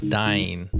dying